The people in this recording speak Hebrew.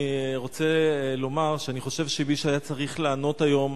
אני רוצה לומר שאני חושב שמי שהיה צריך לענות היום